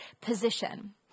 position